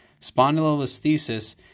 spondylolisthesis